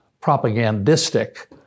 propagandistic